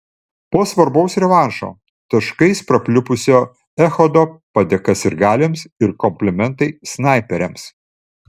po svarbaus revanšo taškais prapliupusio echodo padėka sirgaliams ir komplimentai snaiperiams